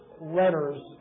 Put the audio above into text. letters